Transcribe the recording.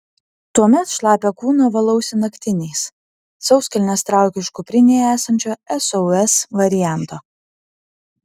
tuomet šlapią kūną valausi naktiniais sauskelnes traukiu iš kuprinėje esančio sos varianto